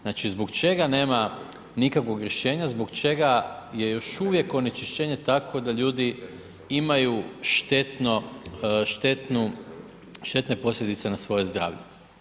Znači zbog čega nema nikakvog rješenja, zbog čega je još uvijek onečišćenje takvo da ljudi imaju štetne posljedice na svoje zdravlje?